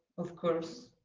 of course.